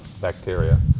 bacteria